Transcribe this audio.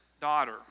daughter